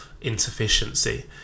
insufficiency